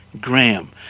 Graham